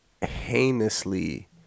heinously